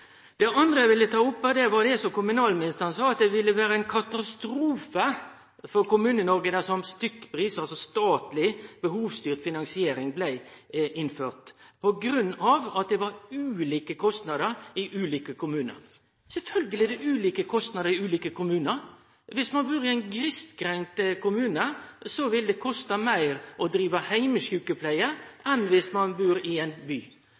Det andre eg ville ta opp, var det kommunalministeren sa om at det ville vere ein katastrofe for Kommune-Noreg dersom stykkpris, altså statleg behovsstyrt finansiering, blei innført, på grunn av at det er ulike kostnader i ulike kommunar. Sjølvsagt er det ulike kostnader i ulike kommunar! I ein grisgrendt kommune vil det koste meir å drive heimesjukepleie enn i ein by.